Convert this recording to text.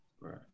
Right